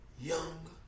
young